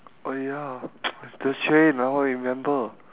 oh ya the train now I remember